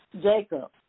Jacob